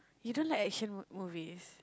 you don't like action mo~ movies